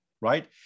right